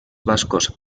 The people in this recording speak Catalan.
bascos